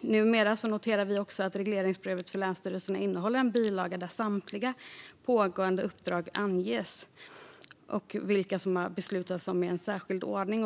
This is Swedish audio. Vi noterar också att regleringsbrevet till länsstyrelserna numera innehåller en bilaga där samtliga pågående uppdrag anges och vilka det har beslutats om i särskild ordning.